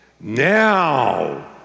Now